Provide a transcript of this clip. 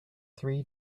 three